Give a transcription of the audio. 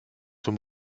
zur